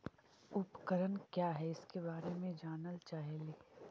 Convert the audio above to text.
उपकरण क्या है इसके बारे मे जानल चाहेली?